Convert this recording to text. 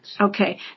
Okay